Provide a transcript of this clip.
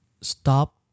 stop